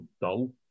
dull